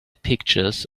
pictures